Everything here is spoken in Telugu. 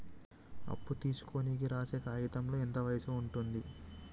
అప్పు తీసుకోనికి రాసే కాయితంలో ఎంత వయసు ఉంటది?